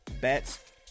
bets